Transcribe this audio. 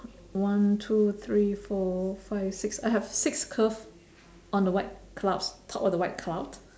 one two three four five six I have six curve on the white cloud's top of the white cloud